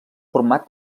format